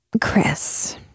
Chris